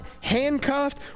handcuffed